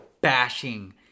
bashing